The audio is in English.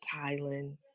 Thailand